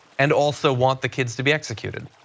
and also want the kids to be executed.